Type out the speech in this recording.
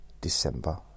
December